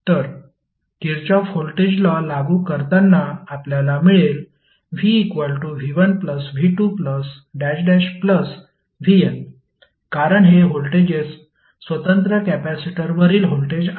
तर Kirchhoff voltage law लागू करताना आपल्याला मिळेल vv1v2vn कारण हे व्होल्टेजेस स्वतंत्र कॅपेसिटरवरील व्होल्टेज आहे